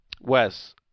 Wes